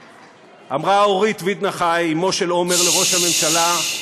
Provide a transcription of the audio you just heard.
ישיב לנו השר יריב לוין, בשם ראש הממשלה.